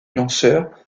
lanceur